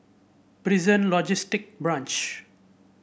Prison Logistic Branch